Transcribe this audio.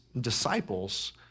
disciples